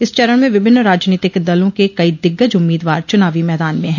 इस चरण में विभिन्न राजनीतिक दलों के कई दिग्गज उम्मीदवार चुनाव मैदान में हैं